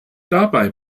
dabei